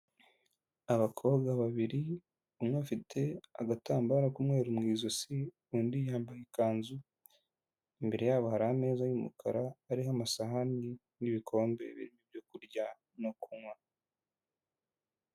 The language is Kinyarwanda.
Abakobwa babiri umwe afite agatambaro k'umweru mu ijosi, undi yambaye ikanzu, imbere yabo hari ameza y'umukara, hariho amasahani n'ibikombe bibiri byo kurya no kunywa.